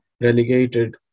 relegated